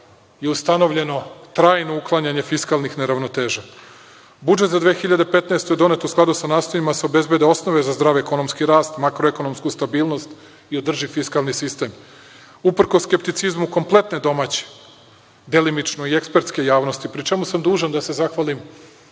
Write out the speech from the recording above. je ustanovljeno trajno uklanjanje fiskalnih neravnoteža. Budžet za 2015. godinu je donet u skladu sa nastojanjima da se obezbede osnove za zdrav ekonomski rast, makroekonomsku stabilnost i održiv fiskalni sistem, uprkos skepticizmu kompletne domaće, delimično i ekspertske javnosti, pri čemu sam dužan da se zahvalim